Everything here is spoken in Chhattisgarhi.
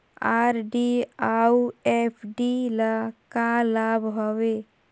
आर.डी अऊ एफ.डी ल का लाभ हवे?